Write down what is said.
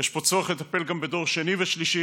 יש פה צורך לטפל גם בדור שני ושלישי.